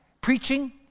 Preaching